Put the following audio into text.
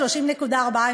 30.4,